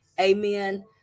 Amen